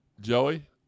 Joey